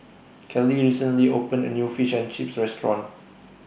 Kelly recently opened A New Fish and Chips Restaurant